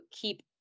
keep